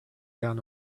down